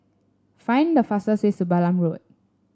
find the fastest way to Balam Road